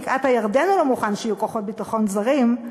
בבקעת-הירדן הוא לא מוכן שיהיו כוחות ביטחון זרים,